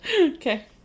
Okay